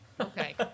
okay